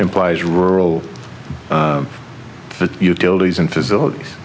implies rural but utilities and facilities